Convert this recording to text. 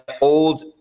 old